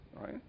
right